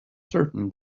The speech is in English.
certain